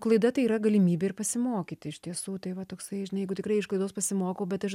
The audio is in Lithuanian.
klaida tai yra galimybė ir pasimokyti iš tiesų tai va toksai žinai jeigu tikrai iš klaidos pasimokau bet aš